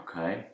Okay